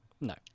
No